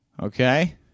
Okay